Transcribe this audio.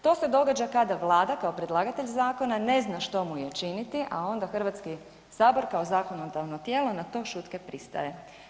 To se događa kada Vlada kao predlagatelj zakona ne zna što mu je činiti a onda Hrvatski sabor kao zakonodavno tijelo na to šutke pristaje.